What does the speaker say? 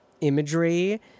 imagery